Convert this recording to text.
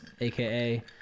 aka